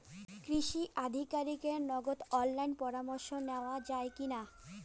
কৃষি আধিকারিকের নগদ অনলাইন পরামর্শ নেওয়া যায় কি না?